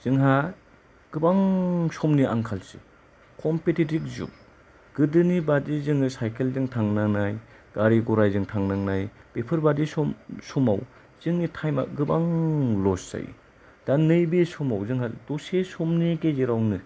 जोंहा गोबां समनि आंखालसै कम्पिटिटिब जुग गोदोनि बादि जोंङो साइखेल जों थांनांनाय गारि गराइजों थांनांनाय बेफोरबादि सम समाव जोंनि टाइम आ गोबां लस जायो दा नैबे समाव जोंहा दसे समनि गेजेरावनो